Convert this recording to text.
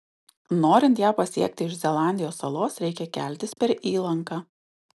norint ją pasiekti iš zelandijos salos reikia keltis per įlanką